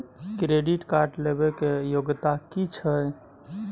Credit card लेबै के योग्यता कि छै?